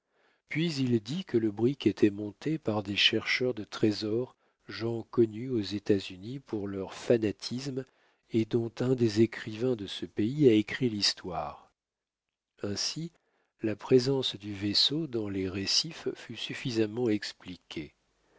puis il dit que le brick était monté par des chercheurs de trésors gens connus aux états-unis pour leur fanatisme et dont un des écrivains de ce pays a écrit l'histoire ainsi la présence du vaisseau dans les rescifs fut suffisamment expliquée